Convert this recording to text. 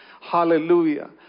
Hallelujah